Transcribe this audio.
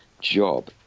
job